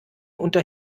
unter